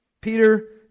Peter